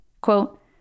Quote